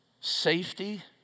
safety